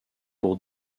pour